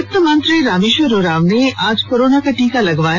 वित्त मंत्री रामेश्वर उरांव ने आज कोरोना का टीका लगवाया